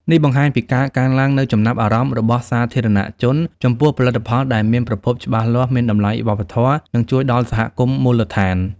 នេះបង្ហាញពីការកើនឡើងនូវចំណាប់អារម្មណ៍របស់សាធារណជនចំពោះផលិតផលដែលមានប្រភពច្បាស់លាស់ មានតម្លៃវប្បធម៌ និងជួយដល់សហគមន៍មូលដ្ឋាន។